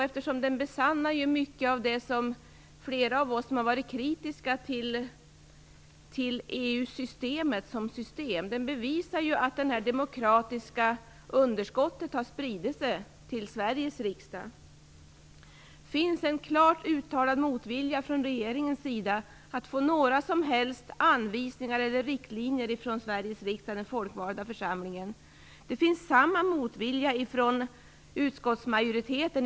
Ordningen besannar ju mycket av det som flera av oss har sagt som varit kritiska till EU-systemet som sådant. Ordningen här bevisar nämligen att det demokratiska underskottet har spritt sig till Sveriges riksdag. Det finns en klart uttalad motvilja från regeringens sida att få några som helst anvisningar eller riktlinjer från Sveriges riksdag, den folkvalda församlingen. Samma motvilja visas av utskottsmajoriteten.